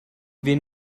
wen